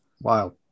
Wow